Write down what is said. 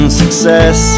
success